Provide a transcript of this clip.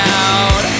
out